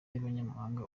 y’abanyamahanga